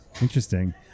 Interesting